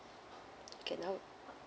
okay now